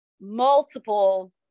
multiple